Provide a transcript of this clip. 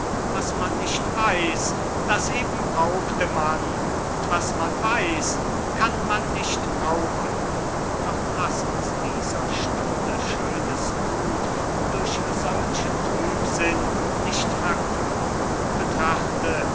was man nicht weiß das eben brauchte man und was man weiß kann man nicht brauchen doch laß uns dieser stunde schönes gut durch solchen trübsinn nicht verkümmern betrachte